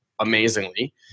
amazingly